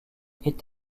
est